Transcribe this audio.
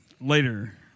later